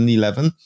2011